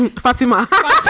Fatima